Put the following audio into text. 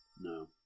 No